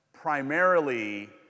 primarily